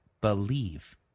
believe